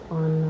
on